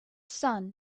sun